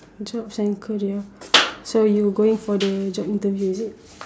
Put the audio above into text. jobs and career so you are going for the job interview is it